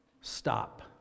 stop